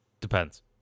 Depends